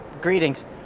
greetings